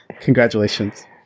Congratulations